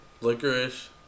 licorice